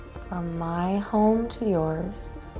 from my home to yours